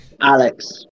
Alex